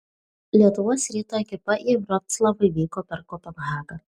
lietuvos ryto ekipa į vroclavą vyko per kopenhagą